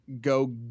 go